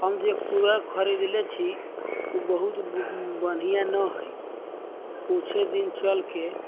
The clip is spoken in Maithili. हम जे कूलर खरीदले छी ओ बहुत बढ़िआँ नहि हइ किछु दिन चलिके